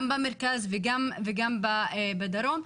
גם במרכז וגם בדרום,